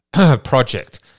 project